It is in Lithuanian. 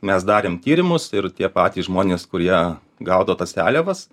mes darėm tyrimus ir tie patys žmonės kurie gaudo tą seliavas